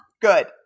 good